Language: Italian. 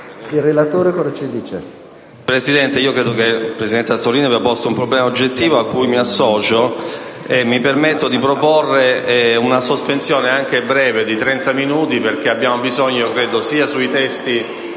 relatore. Signor Presidente, credo che il presidente Azzollini abbia posto un problema oggettivo cui mi associo e mi permetto di proporre una sospensione – anche breve, di trenta minuti – perche´ abbiamo bisogno, sia sui testi